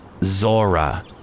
Zora